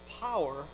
power